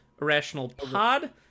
IrrationalPod